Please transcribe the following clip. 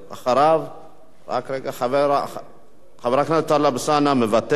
חבר הכנסת טלב אלסאנע, מוותר.